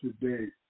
today